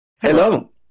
Hello